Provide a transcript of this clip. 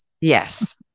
Yes